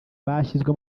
bashyizwe